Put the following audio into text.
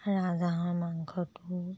ৰাজহাঁহৰ মাংসটো